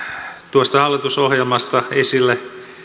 tuosta hallitusohjelmasta esille